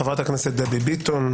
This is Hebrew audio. חברת הכנסת דבי ביטון.